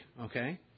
okay